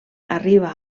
arriba